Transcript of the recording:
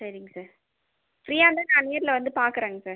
சரிங்க சார் ஃப்ரீயாக இருந்தால் நான் நேரில் வந்து பார்க்கறேங்க சார்